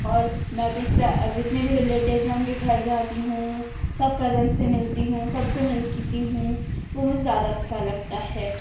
اور میں اپنی جتنے بھی رلیٹوس ہیں میں ان کے گھر جاتی ہوں سب کزن سے ملتی ہوں سب سے ملتی ہوں وہ مجھے زیادہ اچھا لگتا ہے